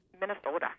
Minnesota